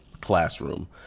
classroom